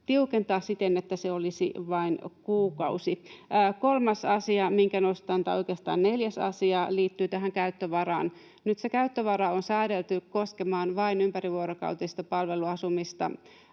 tiukentaa siten, että se olisi vain kuukausi. Neljäs asia liittyy tähän käyttövaraan: nyt käyttövara on säädelty koskemaan vain ympärivuorokautista palveluasumista.